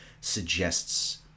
suggests